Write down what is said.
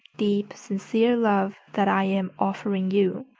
deep, sincere love that i am offering you,